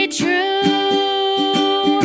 true